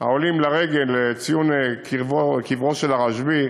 העולים לרגל לציון קבר הרשב"י,